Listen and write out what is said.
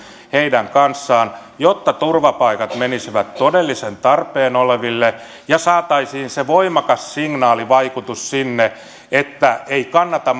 heidän kanssaan jotta turvapaikat menisivät todellisessa tarpeessa oleville ja saataisiin voimakas signaalivaikutus sinne että ei kannata